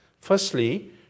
Firstly